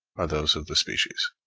are those of the species,